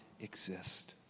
exist